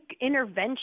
intervention